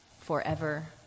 forever